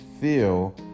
feel